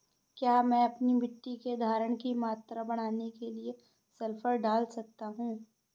क्या मैं अपनी मिट्टी में धारण की मात्रा बढ़ाने के लिए सल्फर डाल सकता हूँ?